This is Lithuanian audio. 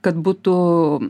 kad būtų